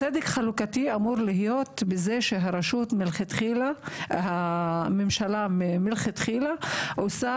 צדק חלוקתי אמור להיות בזה שהממשלה מלכתחילה עושה